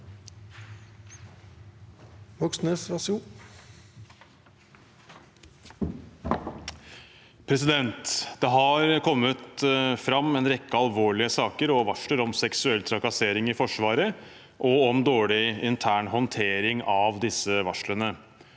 Moxnes (R) Det har kommet fram en rekke alvorlige saker og varsler om seksuell trakassering i Forsvaret og om dårlig intern håndtering av disse varslene.